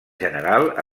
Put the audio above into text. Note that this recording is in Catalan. general